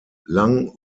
lang